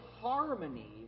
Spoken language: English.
harmony